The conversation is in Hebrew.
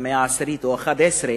במאה ה-10 או ה-11,